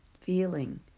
feeling